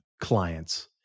clients